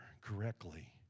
correctly